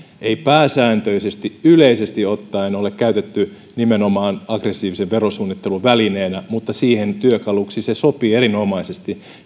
ei pääsääntöisesti yleisesti ottaen ole käytetty nimenomaan aggressiivisen verosuunnittelun välineenä mutta siihen työkaluksi se sopii erinomaisesti